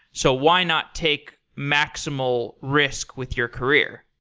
so why not take maximal risk with your career?